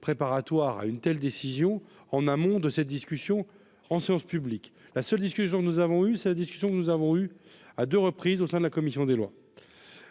préparatoire à une telle décision en amont de cette discussion en séance publique, la seule discussion, nous avons eu, c'est la discussion que nous avons eu à 2 reprises au sein de la commission des lois